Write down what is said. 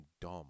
dumb